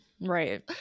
right